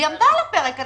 היא עמדה על הפרק.